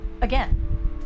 again